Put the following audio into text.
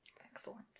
Excellent